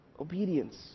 obedience